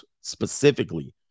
specifically